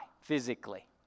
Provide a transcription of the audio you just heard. physically